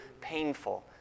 painful